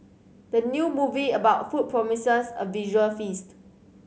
the new movie about food promises a visual feast